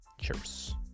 Cheers